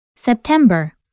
September